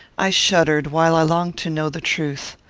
i shuddered, while i longed to know the truth.